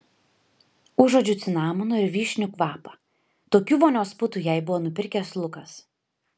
užuodžiau cinamono ir vyšnių kvapą tokių vonios putų jai buvo nupirkęs lukas